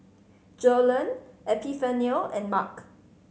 Joellen Epifanio and Marc